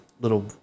little